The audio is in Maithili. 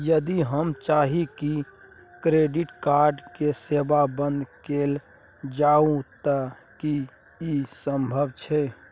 यदि हम चाही की क्रेडिट कार्ड के सेवा बंद कैल जाऊ त की इ संभव छै?